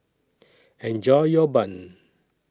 Enjoy your Bun